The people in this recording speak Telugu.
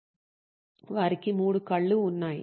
వారికి మూడు కళ్ళు ఉన్నాయి